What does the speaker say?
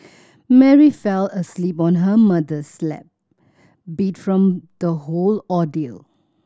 Mary fell asleep on her mother's lap beat from the whole ordeal